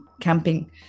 camping